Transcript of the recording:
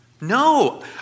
No